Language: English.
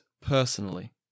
personally